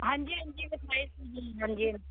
ਹਾਂਜੀ ਹਾਂਜੀ ਮੈਂ ਪਾਈ ਸੀ ਜੀ ਹਾਂਜੀ ਹਾਂਜੀ